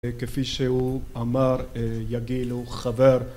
כפי שהוא אמר יגיל הוא חבר